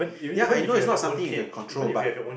yeah I know is not something you can control but